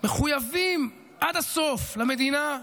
מחויבים עד הסוף למדינה,